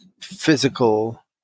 physical